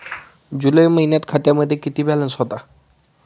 जुलै महिन्यात खात्यामध्ये किती बॅलन्स होता?